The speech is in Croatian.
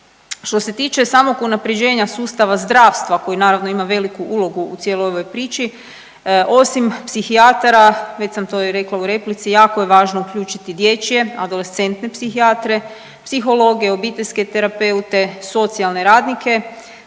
Što se tiče samog unaprjeđenja sustava zdravstva koji naravno ima veliku ulogu u cijeloj ovoj priči osim psihijatara, već sam to i rekla u replici, jako je važno uključiti dječje adolescentne psihijatre, psihologe, obiteljske terapeute, socijalne radnike,